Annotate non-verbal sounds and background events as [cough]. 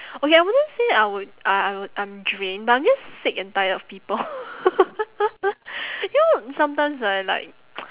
okay I wouldn't say I would I I would I'm drained but I'm just sick and tired of people [laughs] you know sometimes right like [noise]